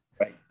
Right